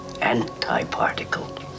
anti-particle